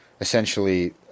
essentially